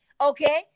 okay